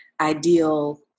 ideal